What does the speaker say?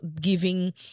giving